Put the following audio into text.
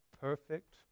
perfect